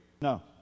no